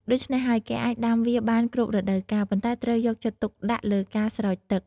ដូច្នេះហើយ គេអាចដាំវាបានគ្រប់រដូវកាល ប៉ុន្តែត្រូវយកចិត្តទុកដាក់លើការស្រោចទឹក។